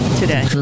today